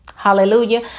Hallelujah